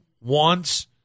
wants